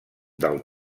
del